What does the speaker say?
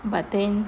but then